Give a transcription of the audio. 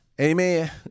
Amen